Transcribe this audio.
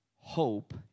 Hope